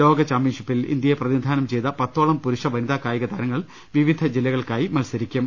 ലോകചാമ്പ്യൻഷിപ്പിൽ ഇന്ത്യയെ പ്രതിനിധാനംചെയ്ത പത്തോളം പുരുഷ വനിതാ കായിക താരങ്ങൾ വിവിധ ജില്ലകൾക്കായി മത്സരിക്കും